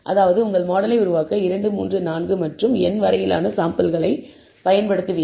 அதாவது உங்கள் மாடலை உருவாக்க நீங்கள் 2 3 4 முதல் n சாம்பிள்கள் வரை பயன்படுத்துவீர்கள்